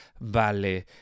Vale